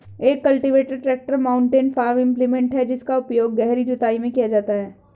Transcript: एक cultivator tractor mounted farm implement है जिसका उपयोग गहरी जुताई में किया जाता है